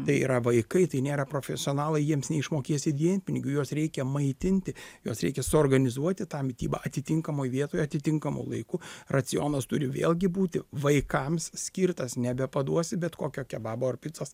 tai yra vaikai tai nėra profesionalai jiems neišmokėsi dienpinigių juos reikia maitinti juos reikia suorganizuoti tą mitybą atitinkamoj vietoje atitinkamu laiku racionas turi vėlgi būti vaikams skirtas nebepaduosi bet kokio kebabo ar picos